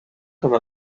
comme